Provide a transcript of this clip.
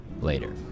later